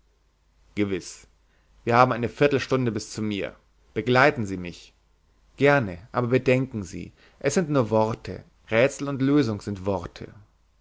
gewiß wir haben eine viertel stunde bis zu mir begleiten sie mich gerne aber bedenken sie es sind nur worte rätsel und lösung sind worte